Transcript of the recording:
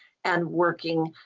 and working,